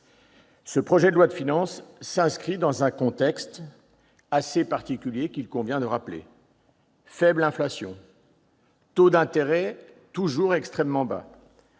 Ce projet de loi de finances s'inscrit dans un contexte assez particulier, qu'il convient de rappeler : faible inflation, taux d'intérêt toujours extrêmement bas,